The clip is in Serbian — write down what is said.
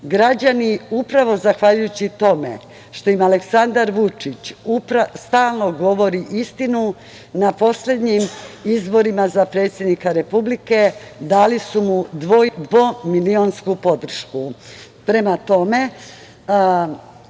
Građani upravo zahvaljujući tome što im Aleksandar Vučić stalno govori istinu, na poslednjim izborima za predsednika Republike dali su mu dvomilionsku podršku. Prema